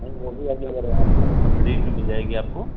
नहीं वह भी अवेलेबल है हमारे पास मर्सडीज़ भी मिल जाएगी आपको